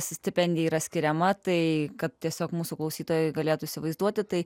stipendija yra skiriama tai kad tiesiog mūsų klausytojai galėtų įsivaizduoti tai